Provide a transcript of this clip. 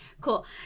cool